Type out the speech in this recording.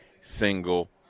single